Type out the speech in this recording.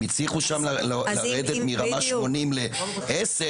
אם הצליחו שם לרדת מרמה שמונים לעשר,